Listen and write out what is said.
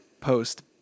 post